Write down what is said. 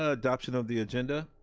ah adoption of the agenda.